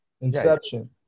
Inception